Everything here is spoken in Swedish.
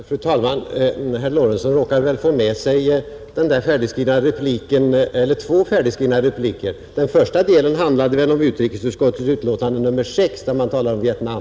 Fru talman! Herr Lorentzon råkade väl få med sig två färdigskrivna repliker. Den första delen av hans anförande handlade väl om utrikesutskottets betänkande nr 6, där man talar om Vietnam.